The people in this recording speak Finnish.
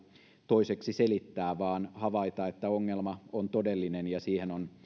toiseksi selittää vaan on syytä havaita että ongelma on todellinen ja siihen